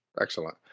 excellent